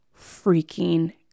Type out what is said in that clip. freaking